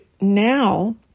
now